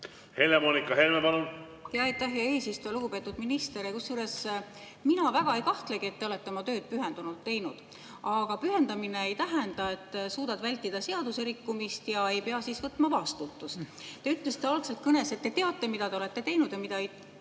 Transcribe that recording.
Helle-Moonika Helme, palun! Aitäh, hea eesistuja! Lugupeetud minister! Mina väga ei kahtlegi, et te olete oma tööd pühendunult teinud. Aga pühendumine ei tähenda, et sa suudad vältida seaduserikkumist ega pea siis võtma vastutust. Te ütlesite algselt kõnes, et te teate, mida te olete teinud ja mida ei